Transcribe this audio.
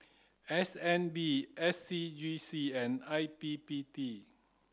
S N B S C G C and I P P T